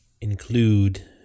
include